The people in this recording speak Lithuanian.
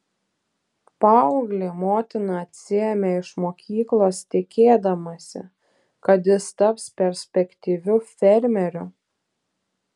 paauglį motina atsiėmė iš mokyklos tikėdamasi kad jis taps perspektyviu fermeriu